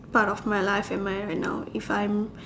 part of my life am I at right now if I'm